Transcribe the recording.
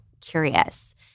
curious